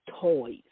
toys